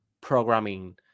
programming